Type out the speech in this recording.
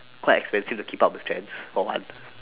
quite expensive to keep up with trends for one